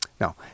no